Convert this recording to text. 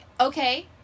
okay